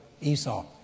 Esau